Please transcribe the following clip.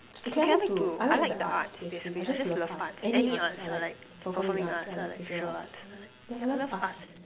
okay I like to I like the arts basically I just love arts any arts I like performing arts I like visual arts I like yeah I love arts